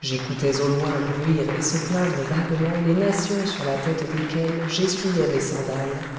j'écoutais au loin bruire et se plaindre vaguement les nations sur la tête desquelles j'essuyais mes sandales